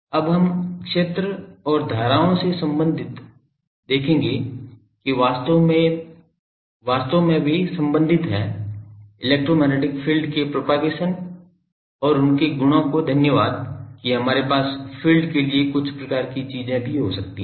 अब हम क्षेत्र और धाराएं से संबंधित देखेंगे कि वास्तव में वे संबंधित हैं इलेक्ट्रोमैग्नेटिक फील्ड के प्रोपगेशन और उनके गुणों को धन्यवाद कि हमारे पास फील्ड के लिए कुछ प्रकार की चीजें भी हो सकती हैं